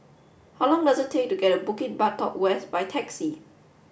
how long does it take to get to Bukit Batok West by taxi